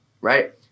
Right